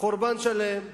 חורבן שלם.